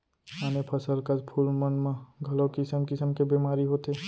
आने फसल कस फूल मन म घलौ किसम किसम के बेमारी होथे